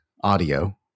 audio